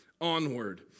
onward